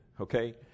okay